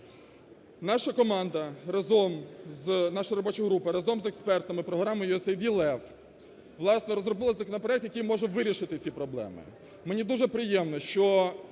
Наша команда разом з… наша робоча група разом з експертами програмиUSAID LEV, власне, розробила законопроект, який може вирішити ці проблеми. Мені дуже приємно, що